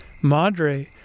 Madre